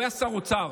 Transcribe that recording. הוא היה שר אוצר.